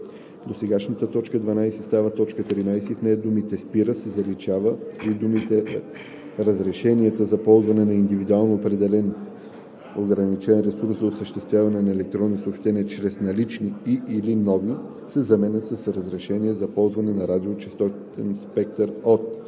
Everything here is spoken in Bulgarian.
досегашната т. 12 става т. 13 и в нея думата „спира“ се заличава, а думите „разрешенията за ползване на индивидуално определен ограничен ресурс за осъществяване на електронни съобщения чрез налични и/или нови“ се заменят с „разрешения за ползване на радиочестотен спектър от“;